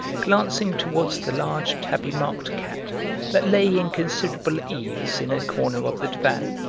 glancing towards the large tabby-marked cat that lay in considerable ease in a corner of the divan.